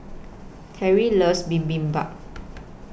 Terrie loves Bibimbap